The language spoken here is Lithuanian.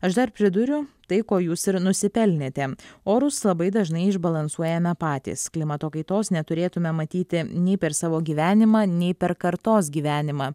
aš dar priduriu tai ko jūs ir nusipelnėte orus labai dažnai išbalansuojame patys klimato kaitos neturėtume matyti nei per savo gyvenimą nei per kartos gyvenimą